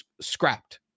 scrapped